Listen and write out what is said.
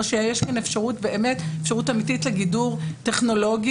או שיש כאן אפשרות אמיתית לגידור טכנולוגי?